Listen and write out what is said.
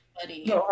buddy